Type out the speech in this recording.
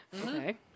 Okay